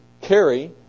carry